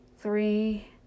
Three